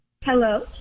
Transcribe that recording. hello